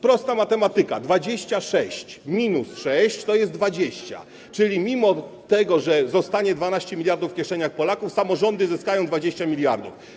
Prosta matematyka: 26 minus 6 to jest 20, czyli mimo że zostanie 12 mld w kieszeniach Polaków, samorządy zyskają 20 mld.